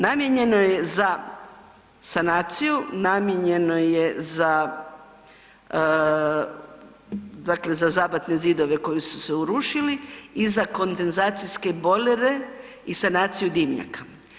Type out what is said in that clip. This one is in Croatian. Namijenjeno je za sanaciju, namijenjeno je za zabatne zidove koji su se urušili i za kondenzacijske bojlere i sanaciju dimnjaka.